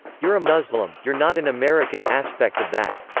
you're a muslim, you're not an american aspect of that,